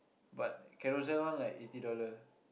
but Carousell one like eighty dollar